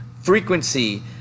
frequency